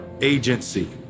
agency